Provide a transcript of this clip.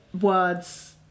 words